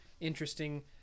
interesting